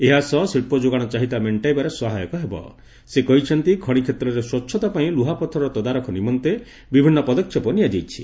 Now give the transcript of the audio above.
ଏହାସହ ଶିକ୍ ଯୋଗାଣ ଚାହିଦା ମେକ୍ ସେ କହିଛନ୍ତି ଖଣି କ୍ଷେତ୍ରରେ ସ୍ବଛତା ପାଇଁ ଲୁହାପଥରର ତଦାରଖ ନିମନ୍ତେ ବିଭିନ୍ ପଦକ୍ଷେପ ନିଆଯାଇଛି